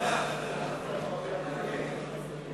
איסור הפליה בפיקוח על מצרכי מזון),